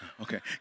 Okay